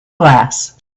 glass